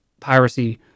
piracy